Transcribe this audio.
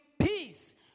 peace